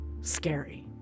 scary